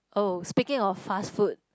oh speaking of fast food